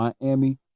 Miami